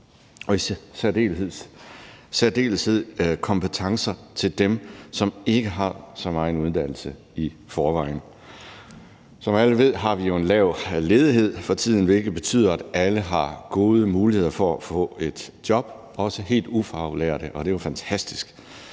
og i særdeleshed kompetencer til dem, som ikke har så meget uddannelse i forvejen. Som alle ved, har vi en lav ledighed for tiden, hvilket betyder, at alle har gode muligheder for at få et job, også helt ufaglærte, og det er jo fantastisk,